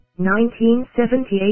1978